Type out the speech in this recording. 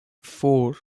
four